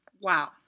Wow